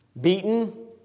Beaten